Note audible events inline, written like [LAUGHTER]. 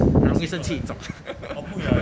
好容易生气 joke [LAUGHS]